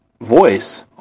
voice